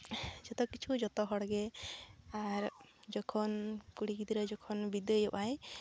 ᱡᱚᱛᱚ ᱠᱤᱪᱷᱩ ᱡᱚᱛᱚ ᱦᱚᱲ ᱜᱮ ᱟᱨ ᱡᱚᱠᱷᱚᱱ ᱠᱩᱲᱤ ᱜᱤᱫᱽᱨᱟᱹ ᱡᱚᱠᱷᱚᱱ ᱵᱤᱫᱟᱹᱭᱚᱜᱼᱟᱭ